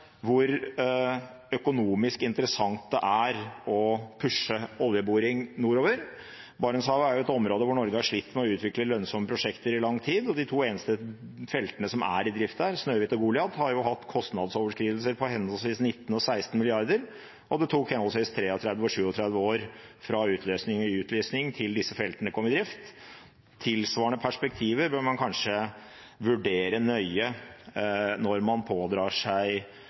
område hvor Norge har slitt med å utvikle lønnsomme prosjekter i lang tid. De to eneste feltene som er i drift der, Snøhvit og Goliat, har hatt kostnadsoverskridelser på henholdsvis 19 mrd. kr og 16 mrd. kr, og det tok henholdsvis 33 og 37 år fra utlysning til disse feltene kom i drift. Tilsvarende perspektiver bør man kanskje vurdere nøye når man pådrar seg